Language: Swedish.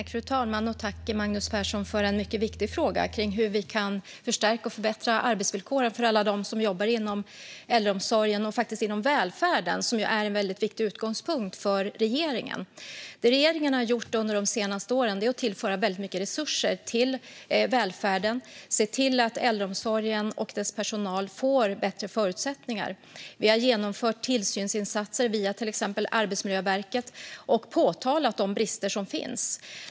Fru talman! Tack, Magnus Persson, för en mycket viktig fråga kring hur vi kan förstärka och förbättra arbetsvillkoren för alla dem som jobbar inom äldreomsorgen och faktiskt inom välfärden! Det är en väldigt viktig utgångspunkt för regeringen. Det regeringen har gjort under de senaste åren är att vi har tillfört väldigt mycket resurser till välfärden och sett till att äldreomsorgen och dess personal får bättre förutsättningar. Vi har genomfört tillsynsinsatser via till exempel Arbetsmiljöverket och påtalat de brister som finns.